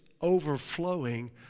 overflowing